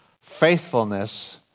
faithfulness